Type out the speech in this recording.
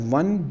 one